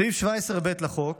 סעיף 17ב לחוק